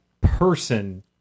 person